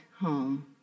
home